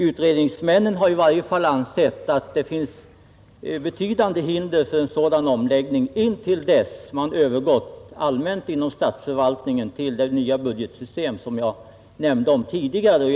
Utredningsmännen har i varje fall ansett att det föreligger betydande hinder för en sådan omläggning intill dess man allmänt inom statsförvaltningen övergått till det nya budgetsystem som jag tidigare nämnde.